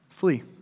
Flee